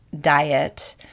diet